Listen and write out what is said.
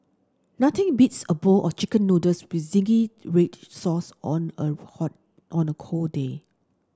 nothing beats a bowl of chicken noodles with zingy red sauce on a hot on a cold day